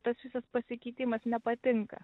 tas visas pasikeitimas nepatinka